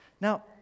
Now